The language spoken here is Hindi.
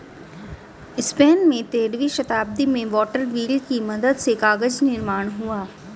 स्पेन में तेरहवीं शताब्दी में वाटर व्हील की मदद से कागज निर्माण हुआ